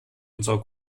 unserer